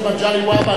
חבר הכנסת מגלי והבה,